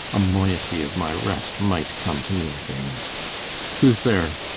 a moiety of my rest might come to me again who's there?